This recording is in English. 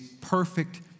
perfect